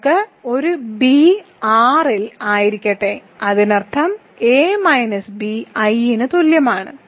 നമുക്ക് ഒരു B R ൽ ആയിരിക്കട്ടെ അതിനർത്ഥം a മൈനസ് b i ന് തുല്യമാണ്